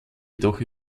jedoch